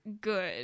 good